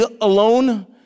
alone